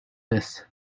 this